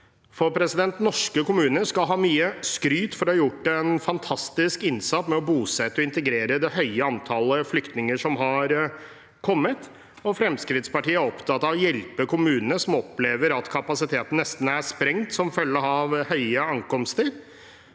og helsetjenester. Norske kommuner skal ha mye skryt for å ha gjort en fantastisk innsats med å bosette og integrere det høye antallet flyktninger som har kommet, og Fremskrittspartiet er opptatt av å hjelpe kommunene, som opplever at kapasiteten nesten er sprengt som følge av et høyt antall